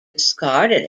discarded